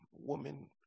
woman